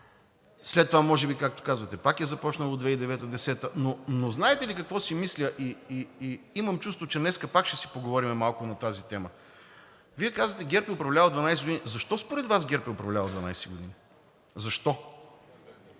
След това може би, както казвате, пак е започнало 2009-а, 2010-а. Но знаете ли какво си мисля и имам чувството, че днес пак ще си поговорим малко на тази тема? Вие казвате: „ГЕРБ ни управлява 12 години.“ Защо според Вас ГЕРБ е управлявал 12 години? Защо?